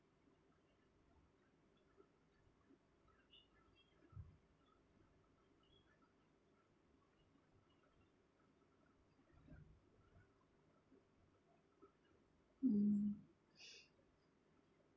mm